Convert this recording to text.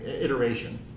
iteration